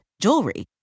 jewelry